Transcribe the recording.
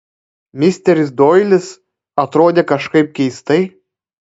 misteris doilis atrodė kažkaip keistai